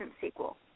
sequel